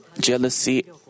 jealousy